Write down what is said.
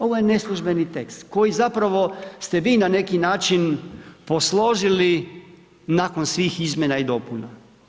Ovo je neslužbeni tekst koji zapravo ste vi na neki način posložili nakon svih izmjena i dopuna.